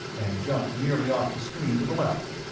and jumped nearly off the screen to the left.